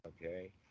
okay